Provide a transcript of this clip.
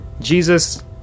Jesus